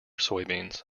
soybeans